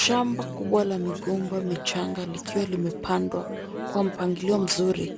Shamba kubwa la migomba michanga likiwa limepandwa kwa mpangilio mzuri.